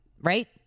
right